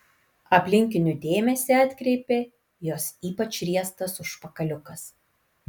aplinkinių dėmesį atkreipė jos ypač riestas užpakaliukas